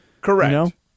correct